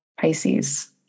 Pisces